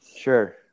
sure